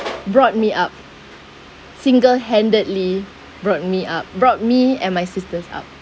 brought me up single-handedly brought me up brought me and my sisters up